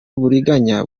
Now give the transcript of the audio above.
uburiganya